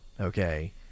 Okay